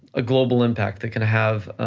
a global impact, that can have